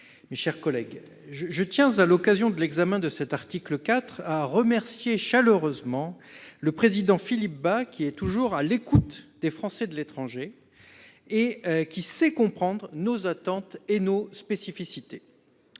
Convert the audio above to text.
mes chers collègues, je tiens, à l'occasion, de l'examen de l'article 4, à remercier chaleureusement le président de notre commission des lois, Philippe Bas, qui est toujours à l'écoute des Français de l'étranger et qui sait comprendre leurs attentes et leurs spécificités.